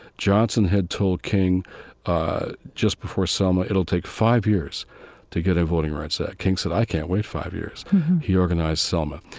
johnson had told king just before selma, it'll take five years to get a voting rights act. king said, i can't wait five years mm-hmm he organized selma.